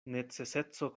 neceseco